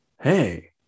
hey